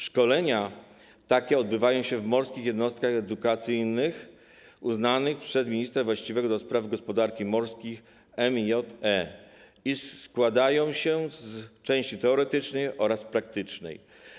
Szkolenia takie odbywają się w morskich jednostkach edukacyjnych uznanych przez ministra właściwego do spraw gospodarki morskiej, MJE, i składają się z części teoretycznej oraz praktycznej.